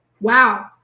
Wow